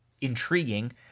Intriguing